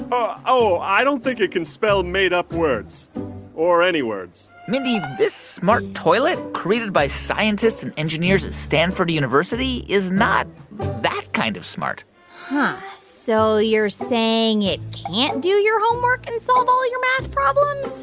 but oh, i don't think it can spell made-up words or any words mindy, this smart toilet created by scientists and engineers at stanford university is not that kind of smart huh. so you're saying it can't do your homework and solve all your math problems?